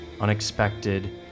unexpected